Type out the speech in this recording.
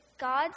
God